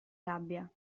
gabbia